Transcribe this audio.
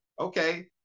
okay